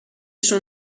شون